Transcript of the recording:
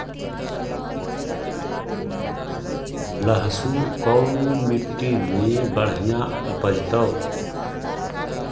लहसुन कोन मट्टी मे बढ़िया उपजतै?